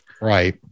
Right